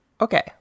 Okay